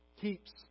Keeps